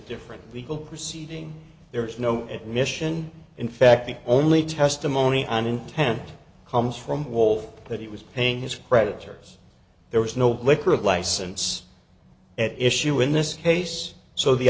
different legal proceeding there is no admission in fact the only testimony on intent comes from wolf that he was paying his creditors there was no liquor license at issue in this case so the